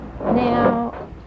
Now